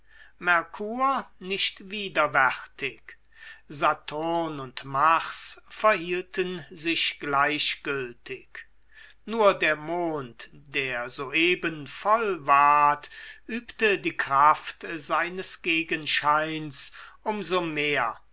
merkur nicht widerwärtig saturn und mars verhielten sich gleichgültig nur der mond der soeben voll ward übte die kraft seines gegenscheins um so mehr